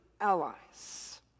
allies